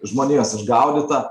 žmonijos išgaudyta